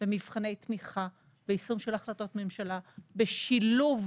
במבחני תמיכה, ביישום של החלטות ממשלה, בשילוב